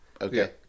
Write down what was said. Okay